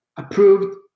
approved